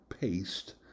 paste